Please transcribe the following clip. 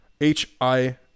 H-I